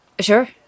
Sure